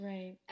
Right